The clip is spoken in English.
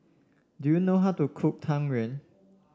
do you know how to cook Tang Yuen